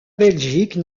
belgique